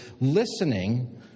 listening